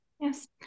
Yes